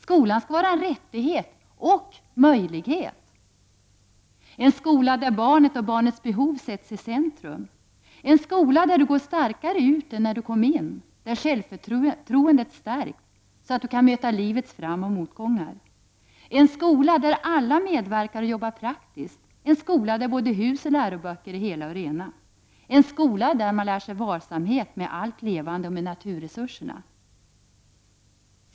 Skolan skall vara en rättighet och möjlighet! — En skola där barnet och barnets behov sätts i centrum! — En skola där du går starkare ut än när du kom in, där självförtroendet stärks, så att du kan möta livets framoch motgångar. — En skola där alla medverkar och jobbar praktiskt, en skola där både hus och läroböcker är hela och rena. — En skola där man lär sig varsamhet med allt levande och med naturresurserna.